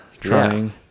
Trying